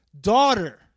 Daughter